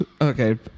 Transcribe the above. Okay